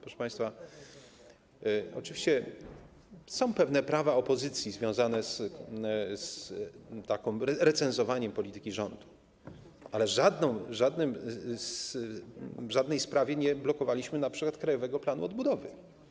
Proszę państwa, oczywiście są pewne prawa opozycji związane z recenzowaniem polityki rządu, ale w żadnej sprawie nic nie blokowaliśmy, np. Krajowego Planu Odbudowy.